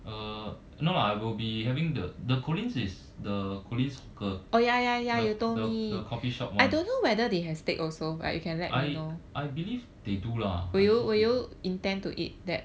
uh no lah I will be having the the collin's is the collin's hawker the the the coffee shop [one] I I believe they do lah I feel